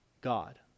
God